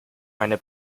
meine